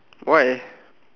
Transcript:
why